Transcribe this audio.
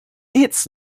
its